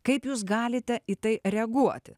kaip jūs galite į tai reaguoti